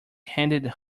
handed